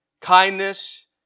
kindness